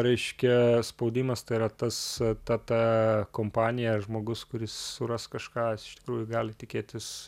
reiškia spaudimas tai yra tas ta ta kompanija ar žmogus kuris suras kažką jis iš tikrųjų gali tikėtis